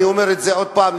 אני אומר את זה עוד פעם,